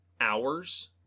hours